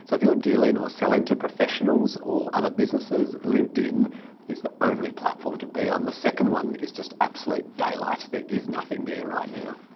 so if you are dealing or selling to professionals or other businesses, linkedin is the only platform to be on. the second one is just absolute daylight. there is nothing there ah right now.